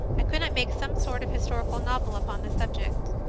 i could not make some sort of historical novel upon the subject.